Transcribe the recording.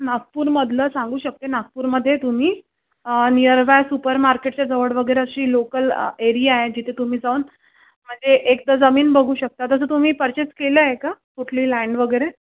नागपूरमधलं सांगू शकते नागपूरमध्ये तुम्ही निअरबाय सुपरमार्केटच्या जवळ वगैरे अशी लोकल एरिया आहे जिथे तुम्ही जाऊन म्हणजे एकदा जमीन बघू शकता जसं तुम्ही पर्चेस केलं आहे का कुठली लँड वगैरे